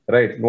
Right